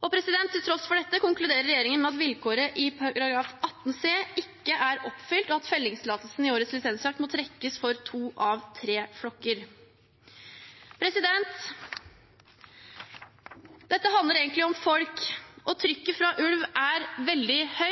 Til tross for dette konkluderer regjeringen med at vilkåret i § 18 c ikke er oppfylt, og at fellingstillatelsen i årets lisensjakt må trekkes for to av tre flokker. Dette handler egentlig om folk, og trykket fra